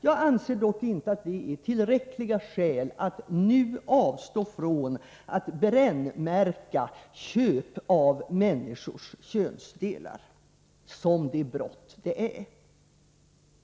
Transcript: Jag anser dock inte att det är tillräckliga skäl för att nu avstå från att brännmärka köp av människors könsdelar som det brott det är.